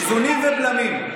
איזונים ובלמים,